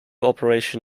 operation